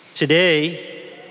Today